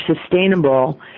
sustainable